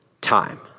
time